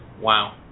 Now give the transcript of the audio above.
Wow